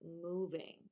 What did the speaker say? moving